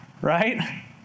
right